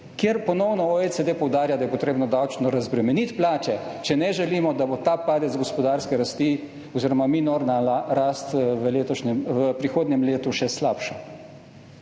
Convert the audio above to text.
kjer ponovno OECD poudarja, da je potrebno davčno razbremeniti plače, če ne želimo, da bo ta padec gospodarske rasti oziroma minorna rast v prihodnjem letu še slabša.